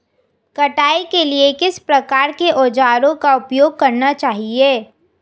कटाई के लिए किस प्रकार के औज़ारों का उपयोग करना चाहिए?